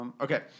Okay